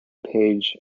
page